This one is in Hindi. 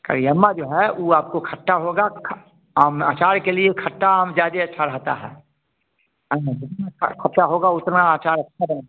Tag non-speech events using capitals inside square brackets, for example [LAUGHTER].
करियम्मा जो है वह आपको खट्टा होगा ख आम अचार के लिए खट्टा आम ज़्यादा अच्छा रहता है [UNINTELLIGIBLE] खट्टा होगा उतना आचार अच्छा रहेगा